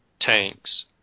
tanks